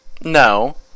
No